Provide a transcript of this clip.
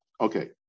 Okay